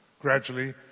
gradually